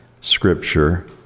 Scripture